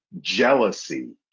jealousy